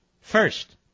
First